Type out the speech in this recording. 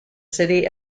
city